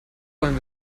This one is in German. wollen